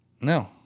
No